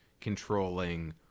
controlling